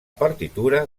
partitura